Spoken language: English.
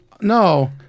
No